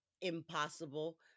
impossible